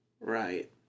Right